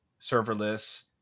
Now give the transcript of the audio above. serverless